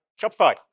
Shopify